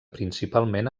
principalment